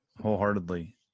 Wholeheartedly